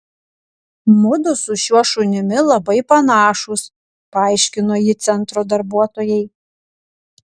mudu su šiuo šunimi labai panašūs paaiškino ji centro darbuotojai